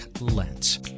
lens